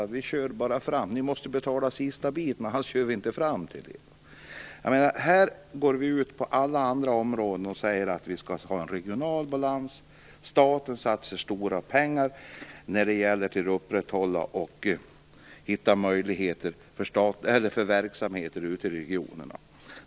Kommer de att säga: ni måste betala för den sista biten, annars kör vi inte fram till er? Här går vi på alla andra områden ut och säger att vi skall ha en regional balans. Staten satsar stora pengar för att upprätthålla och hitta nya möjligheter för verksamheter ute i regionerna.